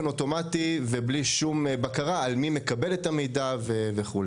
אוטומטי ובלי שום בקרה על מי מקבל את המידע וכו'.